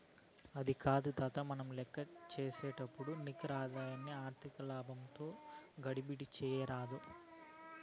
అది కాదు తాతా, మనం లేక్కసేపుడు నికర ఆదాయాన్ని ఆర్థిక ఆదాయంతో గడబిడ చేయరాదు